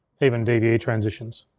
even dve transitions.